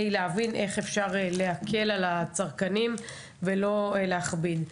להבין איך אפשר להקל על הצרכנים ולא להכביד.